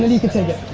then he can take it.